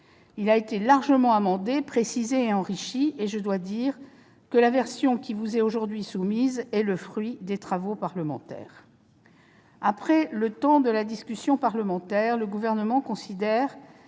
Il a été largement amendé, précisé et enrichi ; et je dois dire que la version qui vous est aujourd'hui soumise est le fruit des travaux parlementaires. Après le temps de la discussion parlementaire, le Gouvernement considère